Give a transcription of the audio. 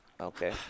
Okay